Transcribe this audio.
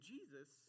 Jesus